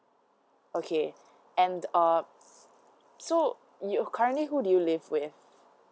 okay and uh so you're currently who do you live with